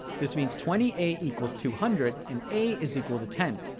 this means twenty a equals two hundred and a is equal to ten.